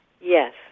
Yes